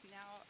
now